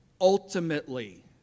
Ultimately